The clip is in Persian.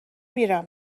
میرم